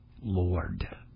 Lord